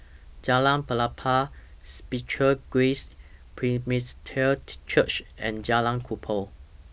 Jalan Pelepah Spiritual Grace Presbyterian Church and Jalan Kubor